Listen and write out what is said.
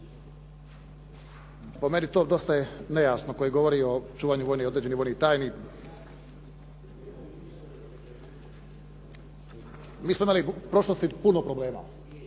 po meni to dosta je nejasno koji govori o čuvanju vojnih tajni. Mi smo imali u prošlosti puno problema,